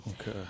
Okay